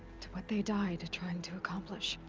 what they died trying to accomplish.